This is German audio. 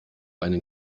einen